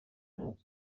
mewn